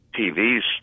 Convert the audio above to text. TV's